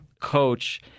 coach